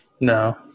No